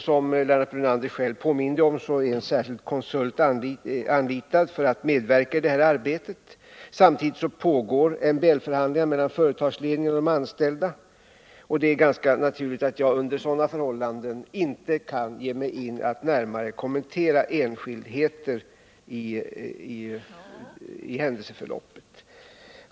Som Lennart Brunander själv påminde om är en konsult anlitad för att medverka i detta arbete. Samtidigt pågår MBL-förhandlingar mellan företagsledningen och de anställda. Det är ganska naturligt att jag under sådana förhållanden inte kan ge mig in på att närmare kommentera enskildheter i händelseförloppet.